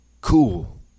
COOL